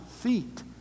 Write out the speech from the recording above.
feet